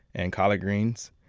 and collard greens.